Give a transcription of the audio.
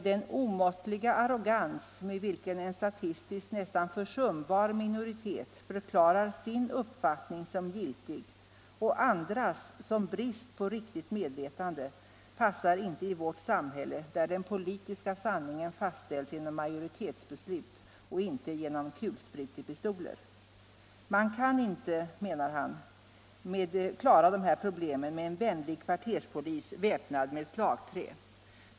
”Den omåttliga arrogans med vilken en statistiskt nästan försumbar minoritet förklarar sin uppfattning som giltig och andras som brist på riktigt medvetande passar inte i vårt samhälle, där den politiska sanningen fastställs genom majoritetsbeslut och inte genom kulsprutepistoler.” Man kan inte, menar Elfgen, klara dessa problem med en vänlig kvarterspolis, väpnad med slagträ.